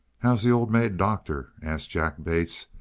how's the old maid doctor? asked jack bates,